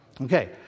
Okay